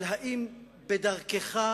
אבל, האם אתה בדרכך